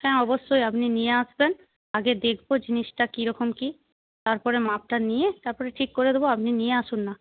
হ্যাঁ অবশ্যই আপনি নিয়ে আসবেন আগে দেখব জিনিসটা কি রকম কি তারপরে মাপটা নিয়ে তারপরে ঠিক করে দেব আপনি নিয়ে আসুন না